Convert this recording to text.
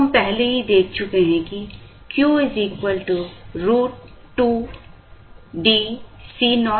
हम पहले ही देख चुके हैं कि Q √ 2DCoCc